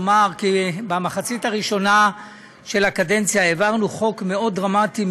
שבמחצית הראשונה של הקדנציה העברנו חוק מאוד דרמטי,